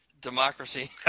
Democracy